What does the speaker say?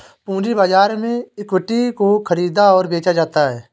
पूंजी बाजार में इक्विटी को ख़रीदा और बेचा जाता है